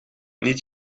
niet